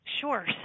Sure